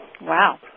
Wow